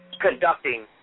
conducting